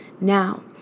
now